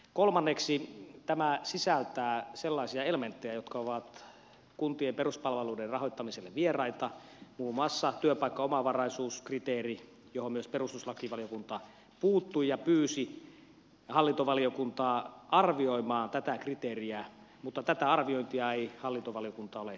kolmanneksi tämä sisältää sellaisia elementtejä jotka ovat kuntien peruspalveluiden rahoittamiselle vieraita muun muassa työpaikkaomavaraisuuskriteerin johon myös perustuslakivaliokunta puuttui ja pyysi hallintovaliokuntaa arvioimaan tätä kriteeriä mutta tätä arviointia ei hallintovaliokunta ole valitettavasti tehnyt